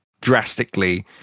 drastically